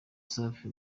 safi